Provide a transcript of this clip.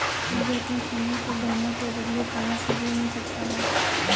मुझे अपने सोने के गहनों के बदले कहां से ऋण मिल सकता है?